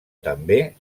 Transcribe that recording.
també